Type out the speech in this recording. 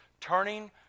turning